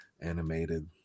animated